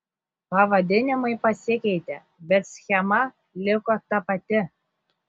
pavadinimai pasikeitė bet schema liko ta pati